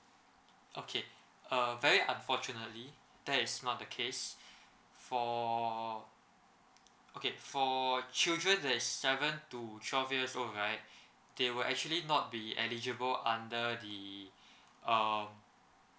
okay uh very unfortunately that is not the case for okay for children there's seven to twelve years old right they were actually not be eligible under the um